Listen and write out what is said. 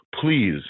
please